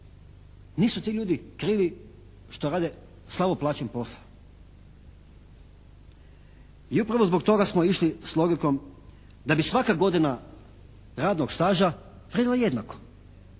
Nisu ti ljudi krivi što rade slabo plaćen posao i upravo zbog toga smo išli s logikom da bi svaka godina radnog staža vrijedila jednako